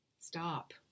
stop